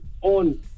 on